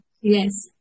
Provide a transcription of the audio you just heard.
Yes